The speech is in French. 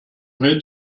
vrai